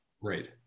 Right